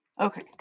Okay